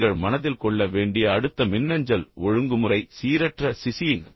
நீங்கள் மனதில் கொள்ள வேண்டிய அடுத்த மின்னஞ்சல் ஒழுங்குமுறை சீரற்ற சிசி இங்